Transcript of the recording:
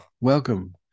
welcome